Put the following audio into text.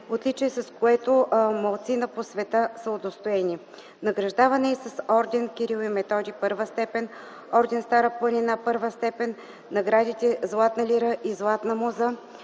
отличие, с което малцина по света са удостоени. Награждаван е и с орден „Кирил и Методий” първа степен, орден „Стара планина” първа степен, наградите „Златна лира” и „Златна муза”,